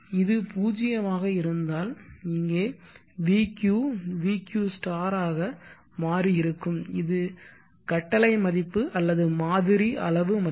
இது 0 ஆக இருந்தால் இங்கே vq vq ஆக மாறி இருக்கும் இது கட்டளை மதிப்பு அல்லது மாதிரி அளவு மதிப்பு